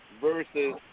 versus